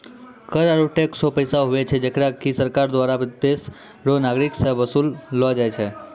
कर आरू टैक्स हौ पैसा हुवै छै जेकरा की सरकार दुआरा देस रो नागरिक सं बसूल लो जाय छै